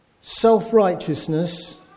self-righteousness